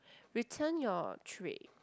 return your tray